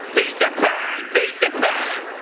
peter pan peter pan.